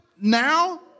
now